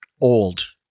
old